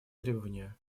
требования